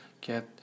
get